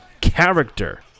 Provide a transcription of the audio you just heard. character